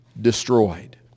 destroyed